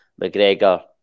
McGregor